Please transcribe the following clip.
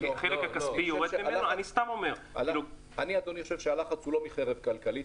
לדעתי רוב הלחץ הוא חברתי.